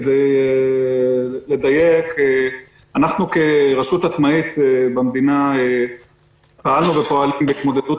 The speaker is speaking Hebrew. כדי לדייק: אנחנו כרשות עצמאית במדינה פעלנו בהתמודדות